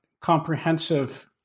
comprehensive